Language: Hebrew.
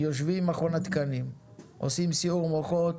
יושבים עם מכון התקנים, עושים סיעור מוחות,